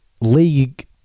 league